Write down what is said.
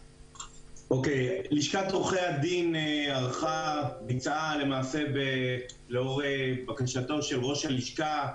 לשכת עורכי הדין ביצעה לאור בקשתו של ראש הלשכה,